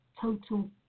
total